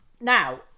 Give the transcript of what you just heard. now